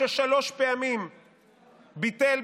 בעד שרן מרים השכל,